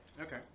Okay